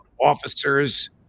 officers